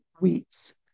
weeks